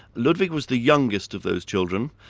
ludwig was the youngest of those children.